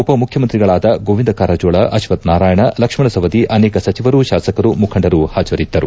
ಉಪಮುಖ್ಯಮಂತ್ರಿಗಳಾದ ಗೋವಿಂದ ಕಾರಾಜೋಳ ಅಶ್ವಥ್ ನಾರಾಯಣ ಲಕ್ಷ್ನಣ ಸವದಿ ಅನೇಕ ಸಚಿವರು ಶಾಸಕರು ಮುಖಂಡರು ಹಾಜರಿದ್ದರು